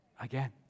again